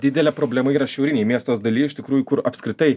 didelė problema yra šiaurinėj miestas daly iš tikrųjų kur apskritai